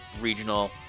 regional